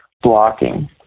blocking